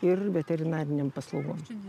ir veterinarinėm paslaugom